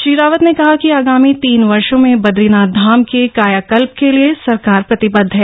श्री रावत ने कहा कि आगामी तीन वर्षों में बदरीनाथ धाम के कायाकल्प के लिए सरकार प्रतिबद्ध है